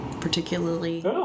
particularly